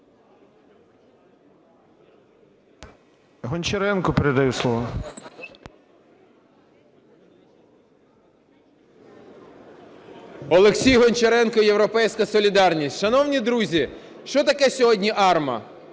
Олексій Гончаренко, "Європейська солідарність". Шановні друзі, що таке сьогодні АРМА?